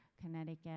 Connecticut